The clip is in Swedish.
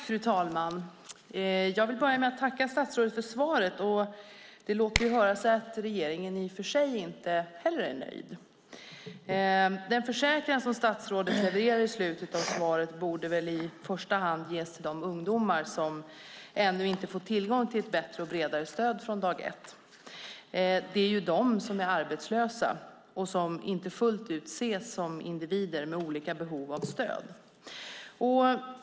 Fru talman! Jag vill börja med att tacka statsrådet för svaret, och det låter ju höra sig att regeringen i och för sig inte heller är nöjd. Den försäkran som statsrådet levererar i slutet av svaret borde väl i första hand ges till de ungdomar som ännu inte får tillgång till ett bättre och bredare stöd från dag ett. Det är de som är arbetslösa och som inte fullt ut ses som individer med olika behov av stöd.